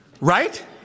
Right